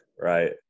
right